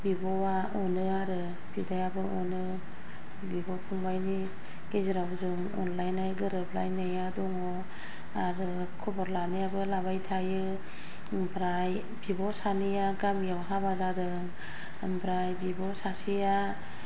बिब'आ अनो आरो बिदायाबो अनो बिब' फंबायनि गेजेराव जों अनलायनाय गोरोब लायनाया दङ आरो खबर लानायाबो लाबाय थायो ओमफ्राय बिब' सानैया गामिआव हाबा जादों ओमफ्राय बिब' सासेआ